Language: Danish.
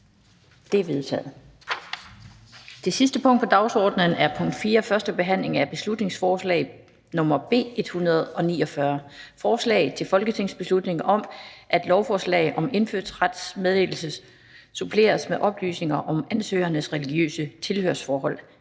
Det er vedtaget. --- Det sidste punkt på dagsordenen er: 4) 1. behandling af beslutningsforslag nr. B 149: Forslag til folketingsbeslutning om, at lovforslag om indfødsrets meddelelse suppleres med oplysning om ansøgernes religiøse tilhørsforhold.